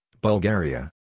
Bulgaria